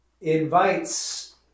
invites